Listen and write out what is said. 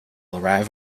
arrive